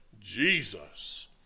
Jesus